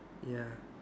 ya